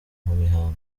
mihango